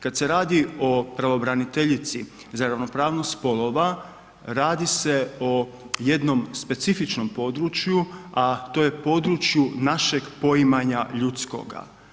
Kada se radi o pravobraniteljici za ravnopravnost spolova radi se o jednom specifičnom području, a to je području našeg poimanja ljudskoga.